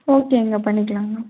ஓகேங்க பண்ணிக்கலாங்க